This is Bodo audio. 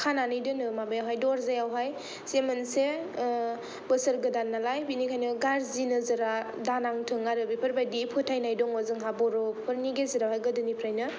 खानानैहाय दोनो माबायावहाय दरजायावहाय जे मोनसे बोसोर गोदान नालाय बेनिखायनो गाज्रि नोजोरा दा नांथों आरो बेफोरबादि फोथायाय दङ' जोंहा बर'फोरनि गेजेरावहाय गोदोनिफ्रायनो